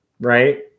right